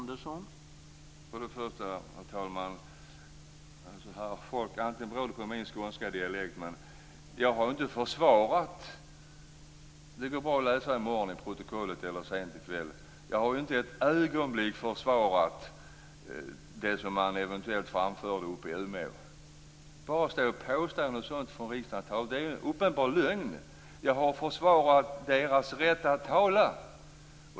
Herr talman! Antagligen beror det på min skånska dialekt, men jag har inte försvarat. Det går bra att läsa i protokollet i morgon eller sent i kväll. Jag har inte för ett ögonblick försvarat det som man eventuellt framförde uppe i Umeå. Att bara stå och påstå något sådant från riksdagens talarstol! Det är en uppenbar lögn. Jag har försvarat rätten att tala.